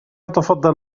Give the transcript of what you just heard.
تفضل